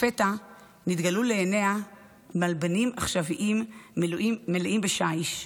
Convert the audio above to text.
לפתע נתגלו לעיניה מלבנים העשויים שיש.